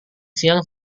siang